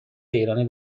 ایرانی